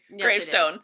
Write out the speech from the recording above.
gravestone